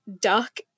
duck